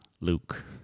luke